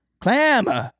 Clam